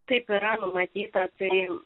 taip yra numatyta perėjo